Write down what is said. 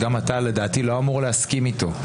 לדעתי לא אמור להסכים איתו.